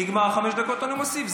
נגמרו חמש דקות, אני מוסיף.